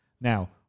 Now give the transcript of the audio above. now